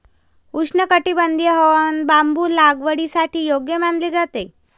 उष्णकटिबंधीय हवामान बांबू लागवडीसाठी योग्य मानले जाते